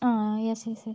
ആ yes yes yes